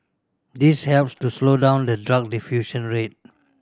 this helps to slow down the drug diffusion rate